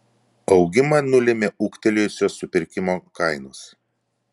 augimą nulėmė ūgtelėjusios supirkimo kainos